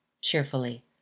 cheerfully